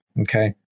okay